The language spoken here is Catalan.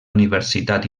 universitat